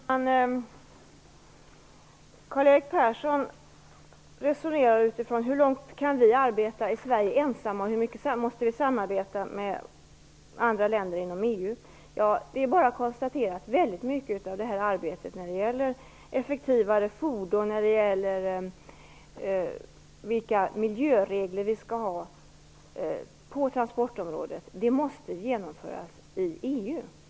Fru talman! Karl-Erik Persson resonerar om hur långt vi i Sverige kan gå ensamma och hur mycket vi måste samarbeta med andra länder inom EU. Det är bara att konstatera att väldigt mycket av arbetet när det gäller effektivare fordon och när det gäller vilka miljöregler vi skall ha på transportområdet måste genomföras i EU.